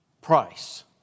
price